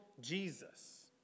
Jesus